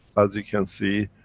as you can see,